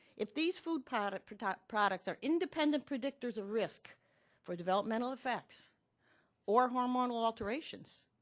if these food products but products are independent predictors of risk for developmental effects or hormonal alterations,